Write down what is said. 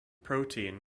protein